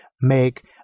make